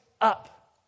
up